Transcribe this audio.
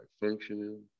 functioning